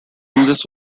loses